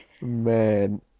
Man